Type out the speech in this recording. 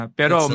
pero